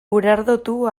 urardotu